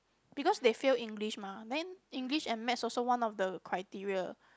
because they failed English mah then English and Maths is also one of the criteria